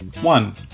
One